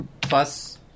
plus